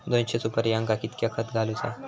दोनशे सुपार्यांका कितक्या खत घालूचा?